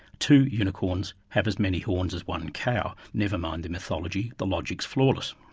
two unicorns have as many horns as one cow. never mind the mythology the logic's flawless.